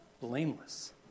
blameless